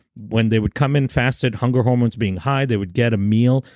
when they would come in fasted, hunger hormones being high, they would get a meal,